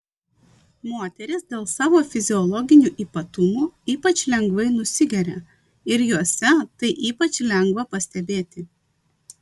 moterys dėl savo fiziologinių ypatumų ypač lengvai nusigeria ir jose tai ypač lengva pastebėti